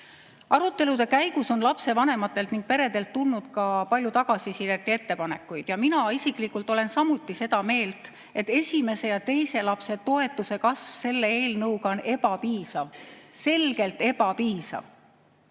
Arutelude käigus on lapsevanematelt ning peredelt tulnud ka palju tagasisidet ja ettepanekuid. Mina isiklikult olen samuti seda meelt, et esimese ja teise lapse toetuse kasv selle eelnõuga on ebapiisav, see on selgelt ebapiisav.